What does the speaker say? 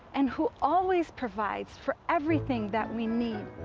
and who always provides for everything that we need.